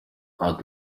ati